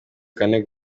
kane